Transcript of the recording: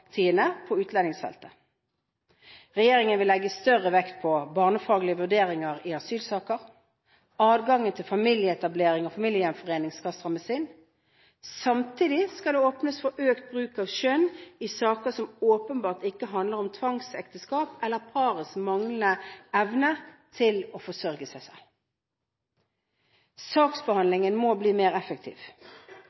på utlendingsfeltet. Regjeringen vil legge større vekt på barnefaglige vurderinger i asylsaker. Adgangen til familieetablering og familiegjenforening skal strammes inn. Samtidig skal det åpnes for økt bruk av skjønn i saker som åpenbart ikke handler om tvangsekteskap eller parets manglende evne til å forsørge seg